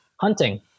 hunting